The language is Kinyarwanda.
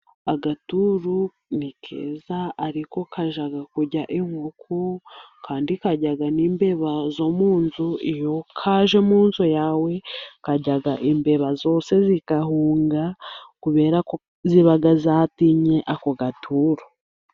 aAgaturu ni keza ariko kajyaga kurya inkoko kandi karyaga n'imbeba zo mu inzu. Iyo kaje mu nzu yawe karya imbeba zose zigahunga kubera ko ziba zatinye ako gaturu.